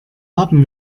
haben